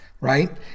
Right